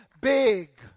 big